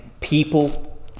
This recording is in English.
people